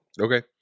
Okay